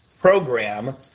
program